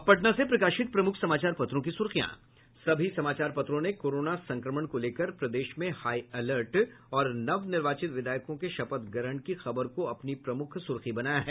अब पटना से प्रकाशित प्रमुख समाचार पत्रों की सुर्खियां सभी समाचार पत्रों ने कोरोना संक्रमण को लेकर प्रदेश में हाई अलर्ट और नवनिर्वाचित विधायकों के शपथ ग्रहण की खबर को अपनी प्रमुख सुर्खी बनाया है